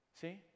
See